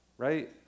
Right